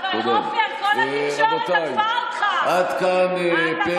אבל עופר, כל התקשורת עטפה אותך, אתה פתחת